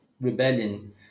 rebellion